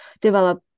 develop